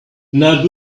not